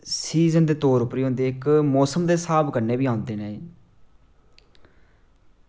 season दे तौर पर बी होंदे ते मौसम दे स्हाब कन्नै बी आंदे एह्